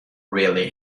really